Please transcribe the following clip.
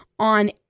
on